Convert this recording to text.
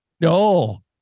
no